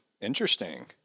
Interesting